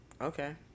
okay